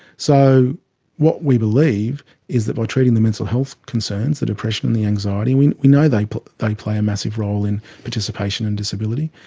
so what we believe is that we are treating the mental health concerns, the depression and the anxiety, we we know they they play a massive role in participation and disability,